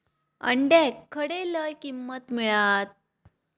अंड्याक खडे लय किंमत मिळात?